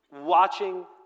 Watching